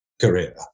career